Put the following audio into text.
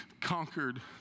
conquered